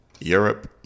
Europe